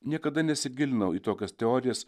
niekada nesigilinau į tokias teorijas